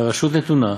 והרשות נתונה,